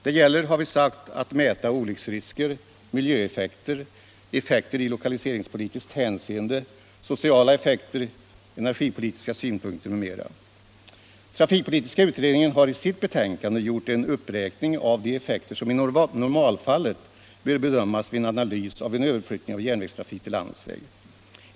Det gäller, har vi sagt, att mäta olycksrisker, miljöeffekter, effekter i lokaliseringspolitiskt hänseende, sociala effekter, energipolitiska synpunkter m.m. Trafikpolitiska utredningen har i sitt betänkande gjort en uppräkning av de effekter som i normalfallet bör bedömas vid en analys av en överflyttning av järnvägstrafik till landsväg.